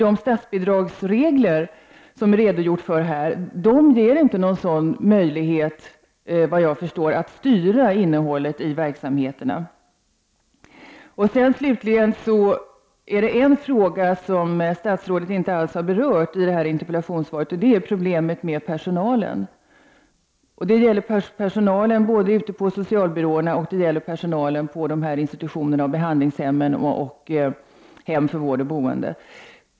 De statsbidragsregler som vi har redogjort för här ger, vad jag förstår, inte någon sådan möjlighet att styra innehållet i verksamheten. Slutligen är det en fråga som statsrådet inte alls har berört i sitt interpellationssvar. Det är problemet med personalen. Det gäller såväl personalen ute på socialbyråerna som personalen på institutionerna, behandlingshemmen och hemmen för vård i boendet.